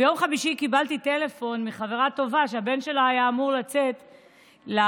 ביום חמישי קיבלתי טלפון מחברה טובה שהבן שלה היה אמור לצאת למצעד.